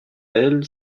elle